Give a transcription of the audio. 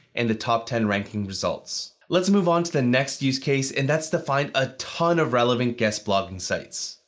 and the top ten ranking results. let's move on to the next use case, and that's to find a ton of relevant guest blogging sites.